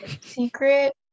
secret